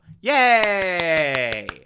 Yay